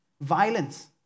violence